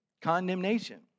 Condemnation